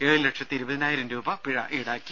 ഏഴുലക്ഷത്തി ഇരുപതിനായിരം രൂപ പിഴ ഈടാക്കി